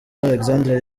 alexander